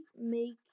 make